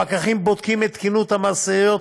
הפקחים בודקים את תקינות המשאיות